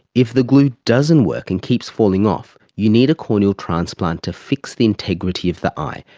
if the glue doesn't work and keeps falling off, you need a corneal transplant to fix the integrity of the eye,